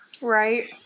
Right